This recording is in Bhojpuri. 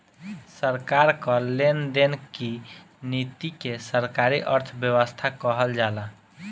सरकार कअ लेन देन की नीति के सरकारी अर्थव्यवस्था कहल जाला